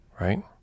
right